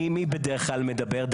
מי בדרך כלל מדבר?